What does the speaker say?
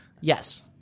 Yes